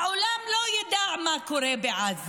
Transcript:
העולם לא ידע מה קורה בעזה.